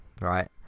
right